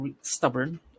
stubborn